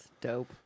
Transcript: dope